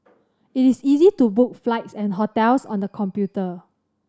it is easy to book flights and hotels on the computer